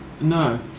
no